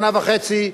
שנה וחצי,